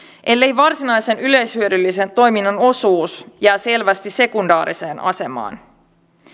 ellei varsinaisen yleishyödyllisen toiminnan osuus jää selvästi sekundaariseen asemaan